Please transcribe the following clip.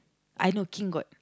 I know king got